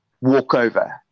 walkover